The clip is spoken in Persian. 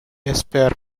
اسپرم